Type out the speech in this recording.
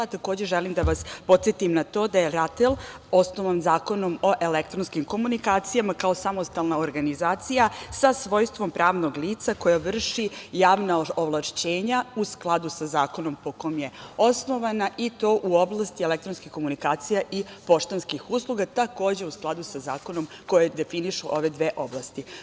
Takođe, želim da vas podsetim na to da je RATEL osnovan Zakonom o elektronskim komunikacijama kao samostalna organizacija sa svojstvom pravnog lica koje vrši javna ovlašćenja u skladu sa zakonom po kom je osnovana, i to u oblasti elektronske komunikacije i poštanskih usluga, takođe u skladu sa zakonom koji definišu ove dve oblasti.